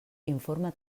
informe